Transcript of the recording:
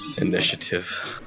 Initiative